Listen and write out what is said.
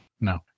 No